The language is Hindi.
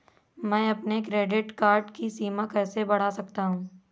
मैं अपने क्रेडिट कार्ड की सीमा कैसे बढ़ा सकता हूँ?